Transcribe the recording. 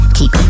Keep